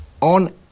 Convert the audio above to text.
on